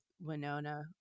Winona